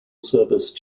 service